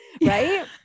Right